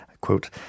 Quote